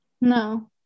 No